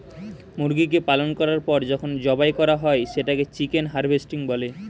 মুরগিকে পালন করার পর যখন জবাই করা হয় সেটাকে চিকেন হারভেস্টিং বলে